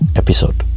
episode